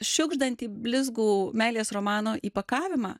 šiugždantį blizgų meilės romano įpakavimą